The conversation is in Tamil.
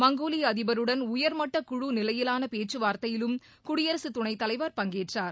மங்கோலிய அதிபருடன் உயர்மட்டக் குழு நிலையிலான பேச்சுவார்த்தையிலும் குடியரசுத் துணைத் தலைவர் பங்கேற்றார்